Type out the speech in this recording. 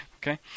Okay